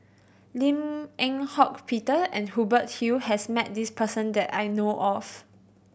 Lim Eng Hock Peter and Hubert Hill has met this person that I know of